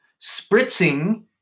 Spritzing